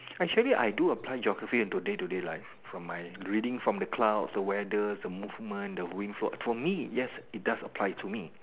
actually I do apply geography in today today life from my reading from the cloud the weather the wind flow for me yes it does apply to me